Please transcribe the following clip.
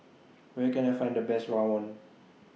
Where Can I Find The Best Rawon